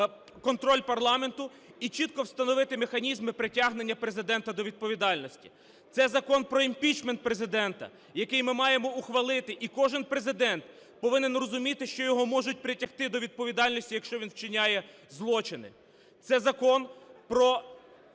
контроль парламенту і чітко встановити механізми притягнення Президента до відповідальності. Це Закон про імпічмент Президента, який ми маємо ухвалити і кожен Президент повинен розуміти, що його можуть притягти до відповідальності, якщо він вчиняє злочини. Це Закон про